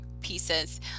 pieces